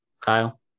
Kyle